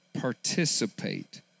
participate